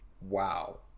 wow